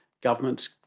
governments